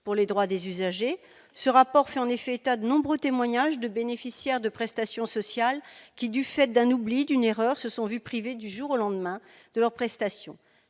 pour les droits des usagers ?». Ce rapport fait état de nombreux témoignages de bénéficiaires de prestations sociales qui, du fait d'un oubli, d'une erreur, se sont vus privés du jour au lendemain de leurs prestations.